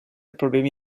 problemi